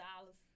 Dollars